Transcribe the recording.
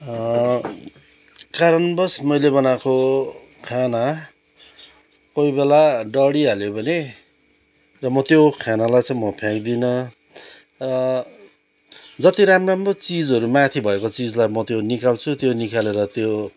कारणबस मैले बनाएको खाना कोही बेला डढिहाल्यो भने र म त्यो खानालाई चाहिँ म फ्याँक्दिनँ र जत्ति राम्रो राम्रो चिजहरू माथि भएको चिज म त्यो निकाल्छु त्यो निकालेर त्यो